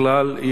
בכלל,